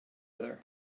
other